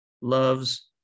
loves